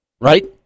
right